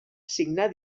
signar